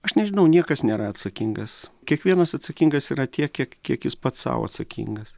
aš nežinau niekas nėra atsakingas kiekvienas atsakingas yra tiek kiek kiek jis pats sau atsakingas